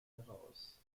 heraus